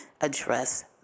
address